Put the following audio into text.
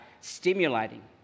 stimulating